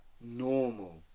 normal